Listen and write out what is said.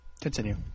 Continue